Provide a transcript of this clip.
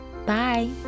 Bye